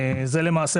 למעשה,